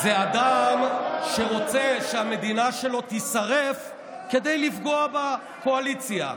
זה אדם שרוצה שהמדינה שלו תישרף כדי לפגוע בקואליציה.